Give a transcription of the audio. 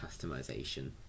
customization